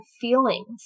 feelings